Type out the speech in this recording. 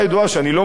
שאני לא משווה,